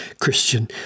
Christian